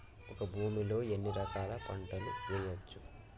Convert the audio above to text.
ఒక భూమి లో ఎన్ని రకాల పంటలు వేయచ్చు?